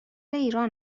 ایران